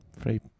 free